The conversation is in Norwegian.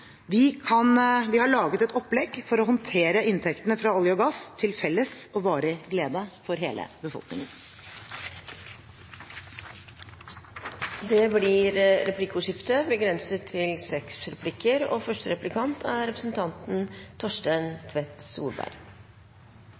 Vi har laget et opplegg for å håndtere inntektene fra olje og gass til felles og varig glede for hele befolkningen. Det blir replikkordskifte.